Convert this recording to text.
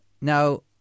Now